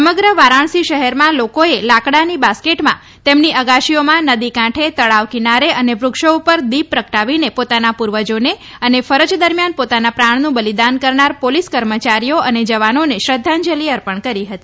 સમગ્ર વારાણસી શહેરમાં લોકોએ લાકડાની બાસ્કેટમાં તેમની અગાશીઓમાં નદી કાંઠે તળાવ કિનારે અને વૃક્ષો પર દીપ પ્રગટાવીને પોતાના પૂર્વજોને અને ફરજ દરમ્યાન પોતાના પ્રાણનું બલિદાન કરનાર પોલીસ કર્મચારીઓને જવાનોને શ્રદ્ધાંજલિ અર્પણ કરી હતી